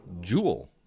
Jewel